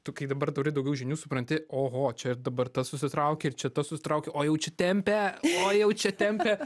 tu kai dabar turi daugiau žinių supranti oho čia dabar tas susitraukė ir čia tas susitraukė o jau čia tempia o jau čia tempia